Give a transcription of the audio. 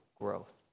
growth